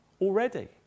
already